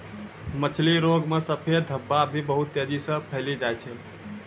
मछली रोग मे सफेद धब्बा भी बहुत तेजी से फैली जाय छै